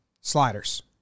sliders